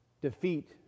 defeat